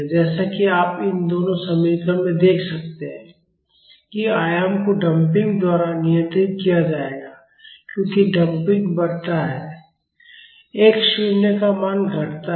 जैसा कि आप इन दो समीकरण में देख सकते हैं कि आयाम को डंपिंग द्वारा नियंत्रित किया जाएगा क्योंकि डंपिंग बढ़ता है x शून्य का मान घटता है